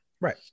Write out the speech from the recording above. Right